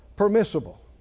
permissible